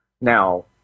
Now